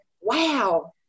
wow